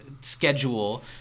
schedule